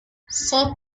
soak